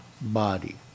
body